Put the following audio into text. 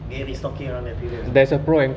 they restocking around that period as well